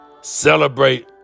Celebrate